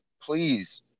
Please